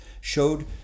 showed